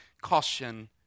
caution